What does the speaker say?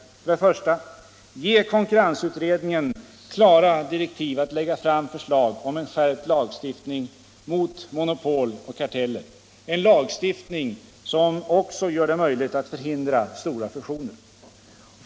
Ge utredningen rörande översyn av konkurrensbegränsningslagen klara direktiv att lägga fram förslag om en skärpt lagstiftning mot mo nopol och karteller — en lagstiftning som också gör det möjligt att förhindra stora fusioner. 2.